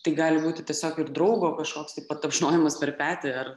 tai gali būti tiesiog ir draugo kažkoks tai patapšnojimas per petį ar